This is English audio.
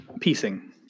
Piecing